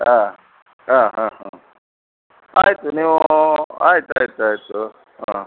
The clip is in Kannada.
ಹಾಂ ಹಾಂ ಹಾಂ ಆಯಿತು ನೀವೂ ಆಯ್ತು ಆಯ್ತು ಆಯಿತು ಹಾಂ